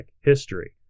history